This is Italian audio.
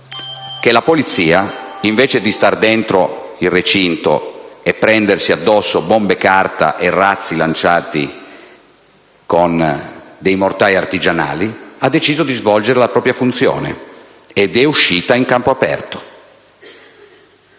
Che la Polizia, invece di stare dentro il recinto e prendersi addosso bombe carta e razzi lanciati con dei mortai artigianali, ha deciso di svolgere la propria funzione ed è uscita in campo aperto.